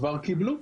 כבר קיבלו.